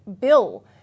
bill